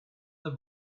the